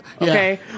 okay